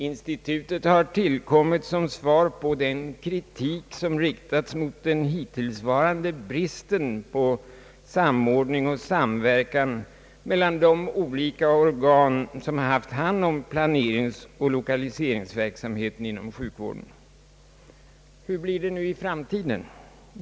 Institutet har tillkommit som svar på den kritik, som har riktats mot den hittillsvarande bristen på samordning och samverkan mellan de olika organ som har haft hand om planeringsoch lokaliseringsverksamheten inom sjukvården. Hur blir det nu i framtiden?